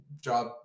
job